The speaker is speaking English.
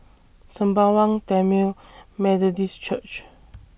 Sembawang Tamil Methodist Church